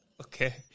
Okay